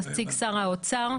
נציג שר האוצר,